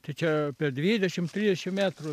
tai čia apie dvidešimt trisdešimt metrų